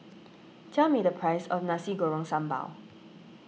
tell me the price of Nasi Goreng Sambal